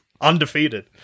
Undefeated